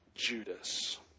Judas